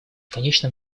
конечном